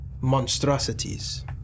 monstrosities